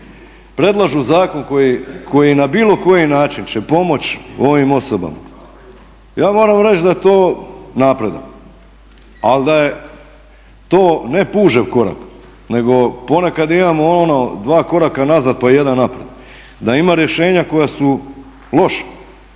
predlažu zakon koji na bilo koji način će pomoći ovim osobama ja moram reći da je to napredak. Ali da je to ne pužev korak nego ponekad imamo ono dva koraka unazad pa jedan naprijed. Da ima rješenja koja su loša,